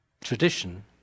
tradition